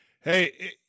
Hey